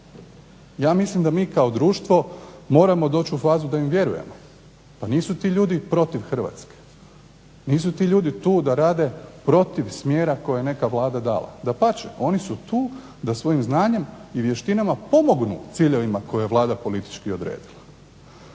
Ja mislim da mi kao društvo moramo doći u fazu da im vjerujemo. Pa nisu ti ljudi protiv Hrvatske, nisu ti ljudi tu da rade protiv smjera koje je neka Vlada dala. Dapače, oni su tu da svojim znanjem i vještinama pomognu ciljevima koje je Vlada politički odredila.